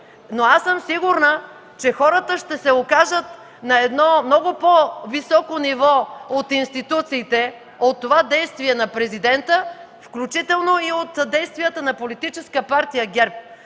Но аз съм сигурна, че хората ще се окажат на много по-високо ниво от институциите, от това действие на Президента, включително и от действията на Политическа партия ГЕРБ.